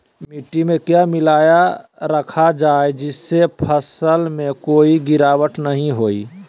मिट्टी में क्या मिलाया रखा जाए जिससे फसल में कोई गिरावट नहीं होई?